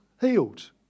healed